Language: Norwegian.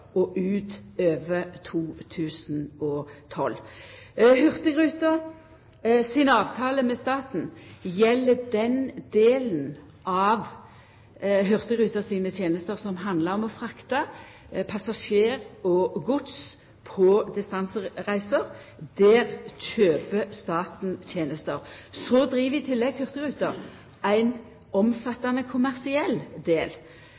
og utover 2012. Hurtigruten sin avtale med staten gjeld den delen av Hurtigruten sine tenester som handlar om å frakta passasjerar og gods på distansereiser. Der kjøper staten tenester. I tillegg driv Hurtigruten ein omfattande kommersiell del,